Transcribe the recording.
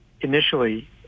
initially